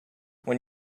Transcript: when